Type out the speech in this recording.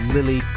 Lily